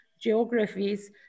geographies